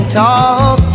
talk